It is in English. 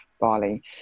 bali